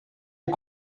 est